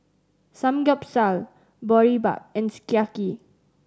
Samgeyopsal Boribap and Sukiyaki